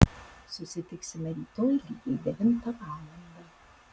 susitiksime rytoj lygiai devintą valandą